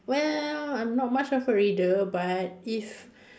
well I'm not much of a reader but if